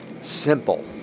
simple